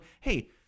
Hey